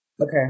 okay